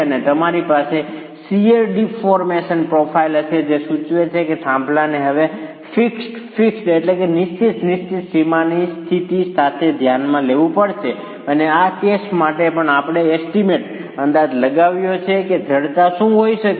અને તમારી પાસે શીયર ડિફોર્મેશન પ્રોફાઈલ હશે જે સૂચવે છે કે થાંભલાને હવે ફિક્ષ્ડ ફિક્ષ્ડ નિશ્ચિત નિશ્ચિત સીમાની સ્થિતિ સાથે ધ્યાનમાં લેવું પડશે અને આ કેસ માટે પણ અમે એસ્ટીમેટ અંદાજ લગાવ્યો છે કે જડતા શું હોઈ શકે